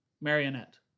marionette